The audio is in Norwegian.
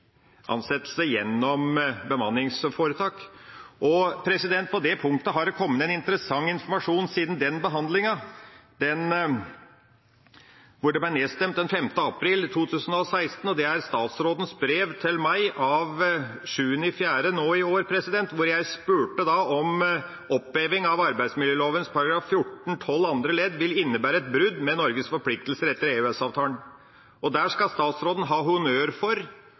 ansettelse gjennom bemanningsforetak. På det punktet har det kommet interessant informasjon siden den behandlinga – dette ble nedstemt den 5. april i 2016 – og det er i statsrådens brev til meg av 7. april nå i år. Jeg spurte om oppheving av arbeidsmiljøloven § 14-12 andre ledd ville innebære et brudd med Norges forpliktelser etter EØS-avtalen. Der skal statsråden ha honnør for